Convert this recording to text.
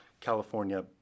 California